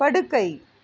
படுக்கை